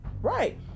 Right